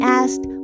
asked